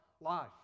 life